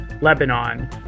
Lebanon